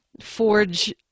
forge